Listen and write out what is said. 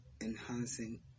enhancing